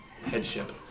headship